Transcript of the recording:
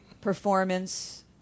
performance